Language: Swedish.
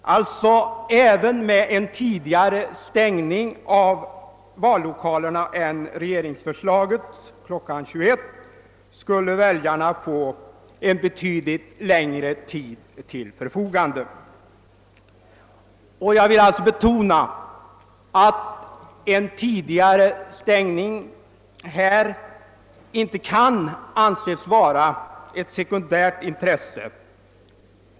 Även med en tidigare stängning av vallokalerna än vad regeringsförslaget innebär, nämligen kl. 21, skulle väljarna få en betydligt längre tid till sitt förfogande. Jag vill betona att en tidigare stängning här inte kan anses vara ett sekundärt intresse.